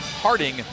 Harding